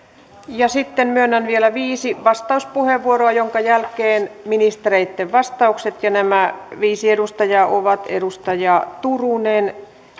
ja sitten myönnän vielä viisi vastauspuheenvuoroa minkä jälkeen ministereitten vastaukset ja nämä viisi edustajaa ovat edustaja turunen